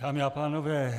Dámy a pánové.